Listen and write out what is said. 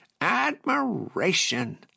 Admiration